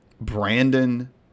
Brandon